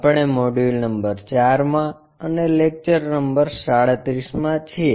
આપણે module number 4 માં અને લેક્ચર નંબર 37 માં છીએ